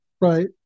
Right